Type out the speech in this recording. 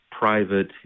private